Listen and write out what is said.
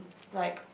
like